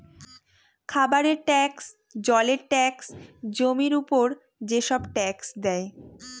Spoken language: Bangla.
খাবারের ট্যাক্স, জলের ট্যাক্স, জমির উপর যেসব ট্যাক্স দেয়